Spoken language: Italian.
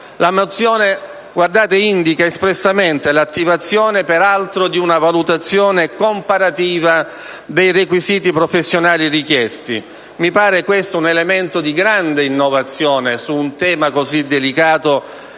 La mozione indica espressamente l'attivazione, peraltro, di una valutazione comparativa dei requisiti professionali richiesti. Questo mi pare un elemento di grande innovazione su un tema così delicato